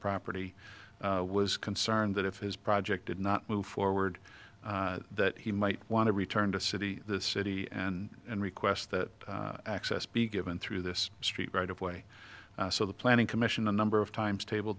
property was concerned that if his project did not move forward that he might want to return to city the city and and request that access be given through this street right of way so the planning commission a number of times table